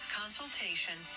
consultation